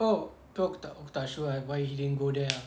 oh tu aku tak aku tak sure ah but he can go there ah